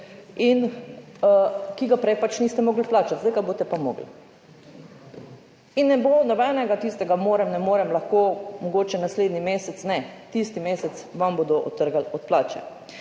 ki ga prej pač niste mogli plačati, zdaj ga boste pa morali. In ne bo nobenega tistega morem, ne morem, lahko mogoče naslednji mesec – ne, tisti mesec vam bodo odtrgali od plače.